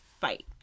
fight